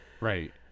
Right